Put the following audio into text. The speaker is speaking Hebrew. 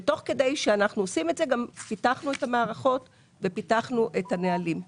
ותוך כדי שאנחנו עושים את זה גם פיתחנו את המערכות ופיתחנו את הנהלים.